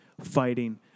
fighting